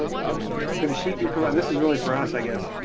could a sheet be provided? this is really for us, i guess.